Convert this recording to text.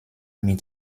mit